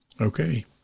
okay